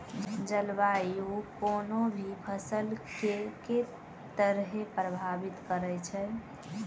जलवायु कोनो भी फसल केँ के तरहे प्रभावित करै छै?